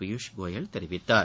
பியூஷ் கோயல் தெரிவித்தார்